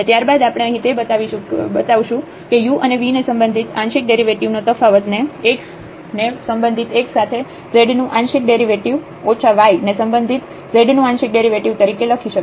અને ત્યારબાદ આપણે અહીં તે બતાવશું કે u અને v ને સંબંધિત આંશિક ડેરિવેટિવ નો તફાવત ને x ને સંબંધિત x સાથે z નું આંશિક ડેરિવેટિવ ઓછા y ને સંબંધિત z નું આંશિક ડેરિવેટિવ તરીકે લખી શકાય